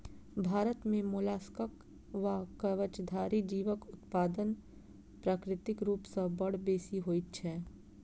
भारत मे मोलास्कक वा कवचधारी जीवक उत्पादन प्राकृतिक रूप सॅ बड़ बेसि होइत छै